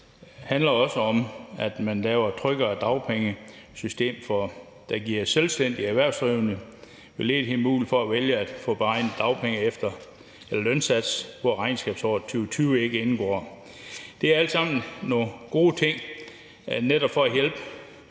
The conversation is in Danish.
Det handler også om, at man laver et tryggere dagpengesystem, der giver selvstændigt erhvervsdrivende mulighed for ved ledighed at få beregnet dagpenge efter en lønsats, hvor regnskabsåret 2020 ikke indgår. Det er alt sammen nogle gode ting for at hjælpe